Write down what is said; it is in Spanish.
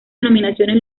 denominaciones